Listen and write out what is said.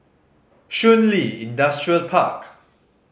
Shun Li Industrial Park